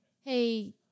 Hey